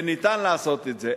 ואפשר לעשות את זה.